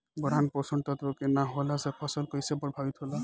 Boron पोषक तत्व के न होला से फसल कइसे प्रभावित होला?